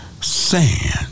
sand